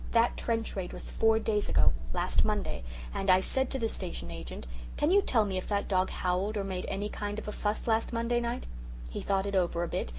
that trench raid was four days ago last monday and i said to the station-agent, can you tell me if that dog howled or made any kind of a fuss last monday night he thought it over a bit,